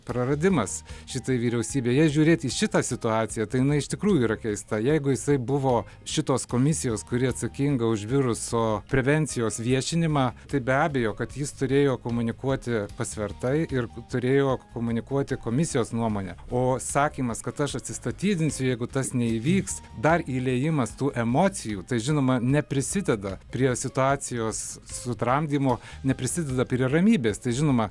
praradimas šitai vyriausybei jei žiūrėt į šitą situaciją tai jinai iš tikrųjų yra keista jeigu jisai buvo šitos komisijos kuri atsakinga už viruso prevencijos viešinimą tai be abejo kad jis turėjo komunikuoti pasvertai ir turėjo komunikuoti komisijos nuomonę o sakymas kad aš atsistatydinsiu jeigu tas neįvyks dar įliejimas tų emocijų tai žinoma neprisideda prie situacijos sutramdymo neprisideda prie ramybės tai žinoma